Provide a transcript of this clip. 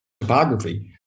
topography